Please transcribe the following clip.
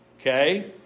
Okay